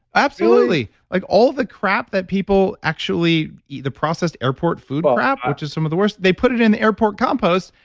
absolutely. like all the crap that people actually eat, the processed airport food crap, which is some of the worst. they put it in the airport compost.